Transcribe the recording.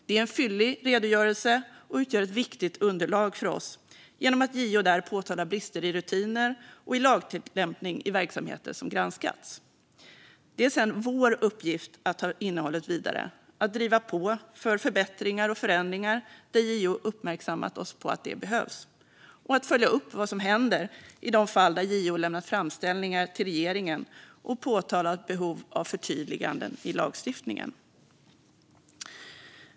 Det är en fyllig redogörelse som utgör ett viktigt underlag för oss genom att JO där påtalar brister i rutiner och i lagtillämpning i verksamheter som granskats. Det är sedan vår uppgift att ta innehållet vidare och driva på för förbättringar och förändringar där JO har uppmärksammat oss på att detta behövs samt att följa upp vad som händer i de fall där JO lämnat framställningar till regeringen och påpekat behov av förtydliganden i lagstiftningen.